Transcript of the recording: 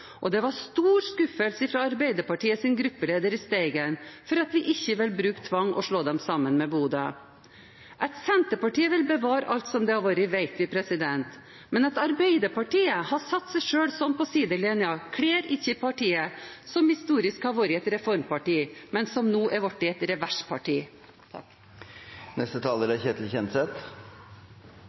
Og det var stor skuffelse fra Arbeiderpartiets gruppeleder i Steigen over at vi ikke ville bruke tvang og slå dem sammen med Bodø. At Senterpartiet vil bevare alt som det har vært, vet vi, men at Arbeiderpartiet har satt seg selv slik på sidelinjen, kler ikke partiet som historisk har vært et reformparti, men som nå har blitt et reversparti. Jeg er